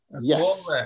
Yes